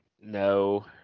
No